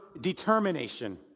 determination